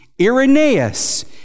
Irenaeus